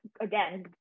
again